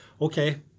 Okay